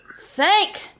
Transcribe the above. Thank